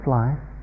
life